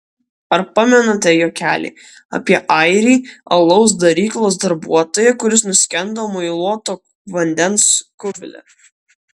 ar pamenate juokelį apie airį alaus daryklos darbuotoją kuris nuskendo muiluoto vandens kubile